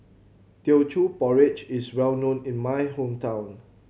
Teochew Porridge is well known in my hometown